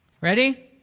Ready